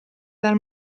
dal